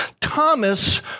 Thomas